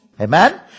Amen